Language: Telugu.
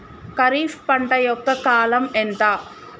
ఖరీఫ్ పంట యొక్క కాలం ఎంత?